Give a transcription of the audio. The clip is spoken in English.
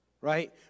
right